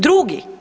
Drugi.